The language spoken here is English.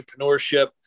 entrepreneurship